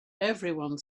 everyone